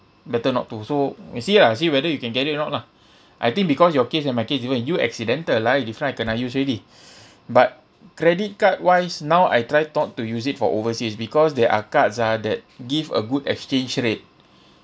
better not to so you see ah see whether you can get it or not lah I think because your case and my case different you accidental lah I different I kena use already but credit card wise now I try not to use it for overseas because there are cards ah that give a good exchange rate